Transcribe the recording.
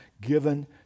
given